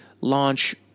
launch